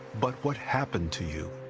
but what happened to you?